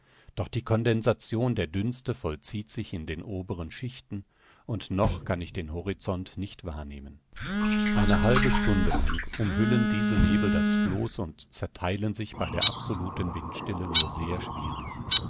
doch die condensation der dünste vollzieht sich in den oberen schichten und noch kann ich den horizont nicht wahrnehmen eine halbe stunde lang umhüllen diese nebel das floß und zertheilen sich bei der absoluten windstille nur sehr schwierig